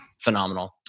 phenomenal